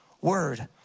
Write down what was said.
word